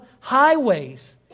highways